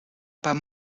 pas